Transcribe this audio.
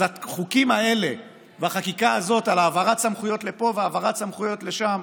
אז החוקים האלה והחקיקה הזאת על העברת סמכויות לפה והעברת סמכויות לשם,